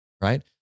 right